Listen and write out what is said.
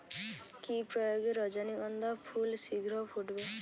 কি প্রয়োগে রজনীগন্ধা ফুল শিঘ্র ফুটবে?